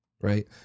right